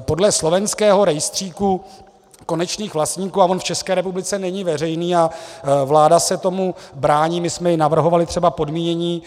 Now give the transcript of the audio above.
Podle slovenského rejstříku konečných vlastníků a on v České republice není veřejný a vláda se tomu brání, my jsme i navrhovali třeba podmínění